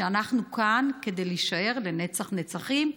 שאנחנו כאן כדי להישאר לנצח נצחים.